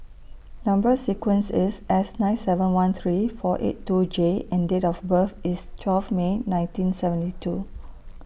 Number sequence IS S nine seven one three four eight two J and Date of birth IS twelve May nineteen seventy two